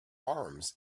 arms